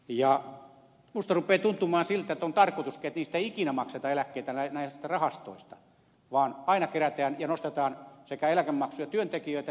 minusta rupeaa tuntumaan siltä että on tarkoitus että niistä ei ikinä makseta eläkkeitä näistä rahastoista vaan aina kerätään ja nostetaan eläkemaksuja sekä työntekijöiden että palkansaajien osalta